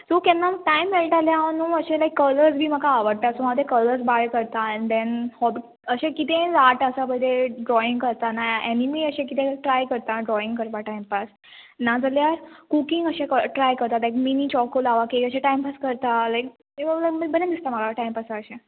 so केन्नाय time मेळटा जाल्यार हांव न्हू अशें लायक कलर बीन म्हाका आवडटा हांव ते कलर्स बाय करता एण्ड देन होब अशें कितें आर्ट आसा पळय तें ड्रोयींग करता नाल्यार एनेमीचें कितेंय ट्राय करता ड्रोयींग करपा टायमपास नाजाल्यार कुकींग अशें ट्राय करता like mini choco lava cake अशें टायमपास करता लायक हें करपाक बरें दिसता म्हाका टायमपासा अशें